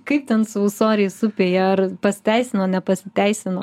kaip ten su ūsoriais upėje ar pasiteisino nepasiteisino